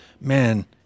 man